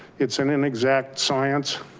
it's an inexact science.